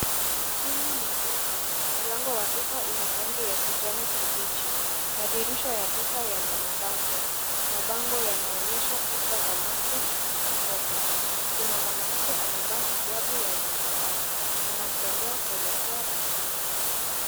Hili ni duka. Mlango wa duka una rangi ya kijani kibichi, na madirisha ya duka yana mabango yanayoonyesha picha za macho na kobe. Kuna mwanamke amevaa hijabu ya zambarau anatembea kuelekea dukani.